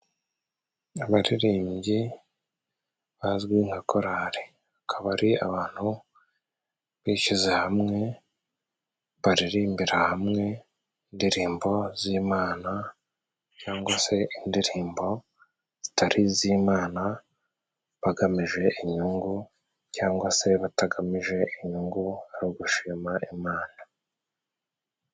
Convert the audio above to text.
Abaririmbyi bazwi nka korari akaba ari abantu bishyize hamwe, baririmbira hamwe indirimbo z'imana, cyangwa se indirimbo zitari iz'imana bagamije inyungu, cyangwa se batagamije inyungu ari ugushima Imana.